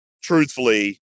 truthfully